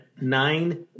nine